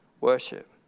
Worship